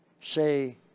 say